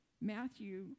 Matthew